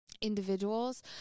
individuals